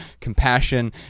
compassion